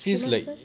three months first